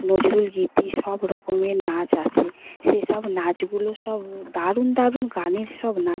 নজরুলগীতি সব রকমের নাচ আছে সেসব নাচগুলো সব দারুণ দারুণ গানের সব নাচ